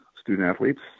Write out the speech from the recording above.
student-athletes